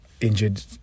injured